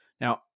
now